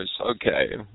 Okay